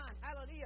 hallelujah